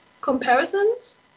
comparisons